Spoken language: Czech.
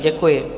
Děkuji.